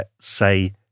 say